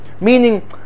meaning